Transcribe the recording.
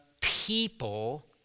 people